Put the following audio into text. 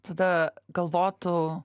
tada galvotų